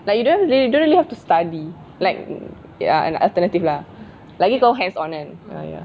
like you don't have you don't really have to study like ya an alternative lah lagi kau hands on ah ya